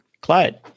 clyde